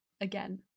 Again